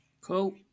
Cool